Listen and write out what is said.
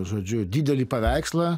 žodžiu didelį paveikslą